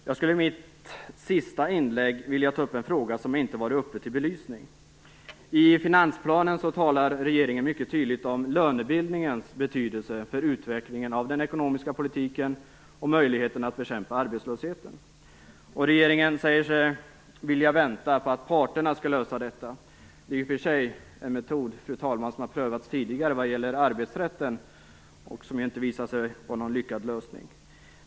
Fru talman! I mitt sista inlägg vill jag ta upp en fråga som inte har varit uppe till belysning. I finansplanen talar regeringen mycket tydligt om lönebildningens betydelse för utvecklingen av den ekonomiska politiken och möjligheten att bekämpa arbetslösheten. Regeringen säger sig vilja vänta på att parterna skall lösa detta. Det är en metod som prövats tidigare när det gäller arbetsrätten, fru talman, och inte visat sig vara någon lyckad lösning.